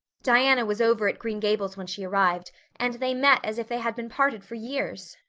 diana was over at green gables when she arrived and they met as if they had been parted for years.